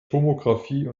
tomographie